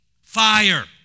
fire